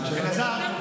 אתה.